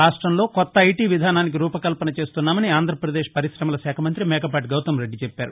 రాష్టంలో కొత్త ఐటీ విధానానికి రూపకల్పన చేస్తున్నామని ఆంధ్రప్రదేశ్ పర్కాకమల శాఖ మంతి మేకపాటి గౌతమ్ రెద్ది చెప్పారు